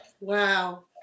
wow